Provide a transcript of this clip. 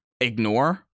ignore